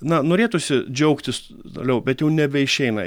na norėtųsi džiaugtis toliau bet jau nebeišeina